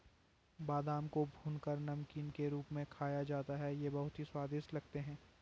बादाम को भूनकर नमकीन के रूप में खाया जाता है ये बहुत ही स्वादिष्ट लगते हैं